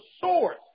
source